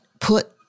put